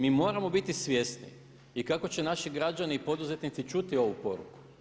Mi moramo biti svjesni i kako će naši građani i poduzetnici čuti ovu poruku.